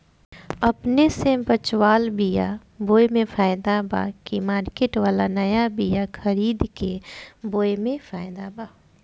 अपने से बचवाल बीया बोये मे फायदा बा की मार्केट वाला नया बीया खरीद के बोये मे फायदा बा?